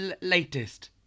Latest